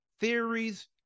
theories